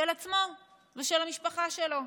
של עצמו ושל המשפחה שלו.